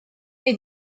les